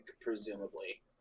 presumably